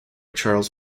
charles